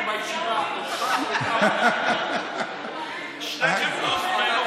בסעיף 59 לחוק,